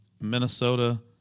Minnesota